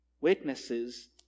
witnesses